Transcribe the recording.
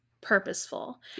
purposeful